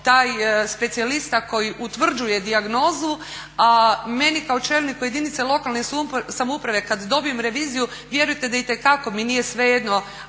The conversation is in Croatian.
taj specijalista koji utvrđuje dijagnozu, a meni kao čelniku jedinice lokalne samouprave kad dobim reviziju vjerujem da itekako mi nije svejedno